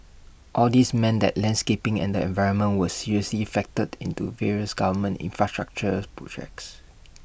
all these meant that landscaping and the environment were seriously factored into various government infrastructural projects